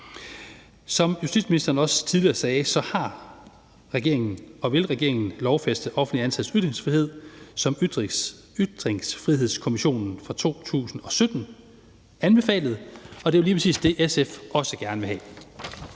Som justitsministeren også tidligere sagde, har regeringen lovfæstet og vil regeringen lovfæste offentligt ansattes ytringsfrihed, som Ytringsfrihedskommissionen fra 2017 anbefalede, og det er lige præcis det, SF også gerne vil have.